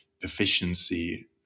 efficiency